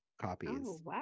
copies